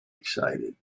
excited